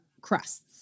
crusts